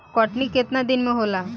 कटनी केतना दिन में होला?